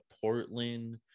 portland